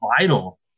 vital